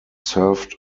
served